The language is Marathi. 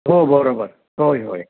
हो बरोबर होय होय